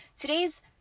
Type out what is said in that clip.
Today's